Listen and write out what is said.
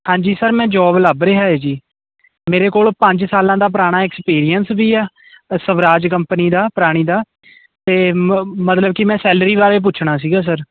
ਹਾਂਜੀ ਸਰ ਮੈਂ ਜੋਬ ਲੱਭ ਰਿਹਾ ਐ ਜੀ ਮੇਰੇ ਕੋਲ ਪੰਜ ਸਾਲਾਂ ਦਾ ਪੁਰਾਣਾ ਐਕਸਪੀਰੀਅਂਸ ਵੀ ਆ ਸਵਰਾਜ ਕੰਪਨੀ ਦਾ ਪੁਰਾਣੀ ਦਾ ਤੇ ਮਤਲਬ ਕਿ ਮੈਂ ਸੈਲਰੀ ਬਾਰੇ ਪੁੱਛਣਾ ਸੀਗਾ ਸਰ